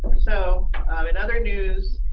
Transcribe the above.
so in other news.